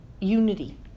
unity